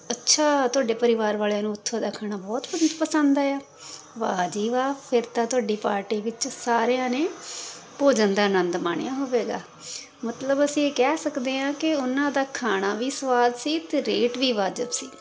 ਅੱਛਾ ਤੁਹਾਡੇ ਪਰਿਵਾਰ ਵਾਲਿਆਂ ਨੂੰ ਉੱਥੋਂ ਦਾ ਖਾਣਾ ਬਹੁਤ ਪਸੰਦ ਆਇਆ ਵਾਹ ਜੀ ਵਾਹ ਫਿਰ ਤਾਂ ਤੁਹਾਡੀ ਪਾਰਟੀ ਵਿੱਚ ਸਾਰਿਆਂ ਨੇ ਭੋਜਨ ਦਾ ਆਨੰਦ ਮਾਣਿਆ ਹੋਵੇਗਾ ਮਤਲਬ ਅਸੀਂ ਇਹ ਕਹਿ ਸਕਦੇ ਹਾਂ ਕਿ ਉਹਨਾਂ ਦਾ ਖਾਣਾ ਵੀ ਸੁਆਦ ਸੀ ਅਤੇ ਰੇਟ ਵੀ ਵਾਜਿਬ ਸੀ